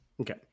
okay